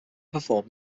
performed